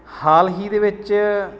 ਹਾਲ ਹੀ ਦੇ ਵਿੱਚ